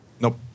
Nope